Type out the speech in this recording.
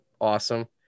awesome